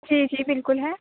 جی جی بالکل ہے